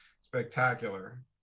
spectacular